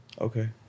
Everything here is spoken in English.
Okay